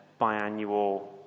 biannual